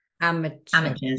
Amateurs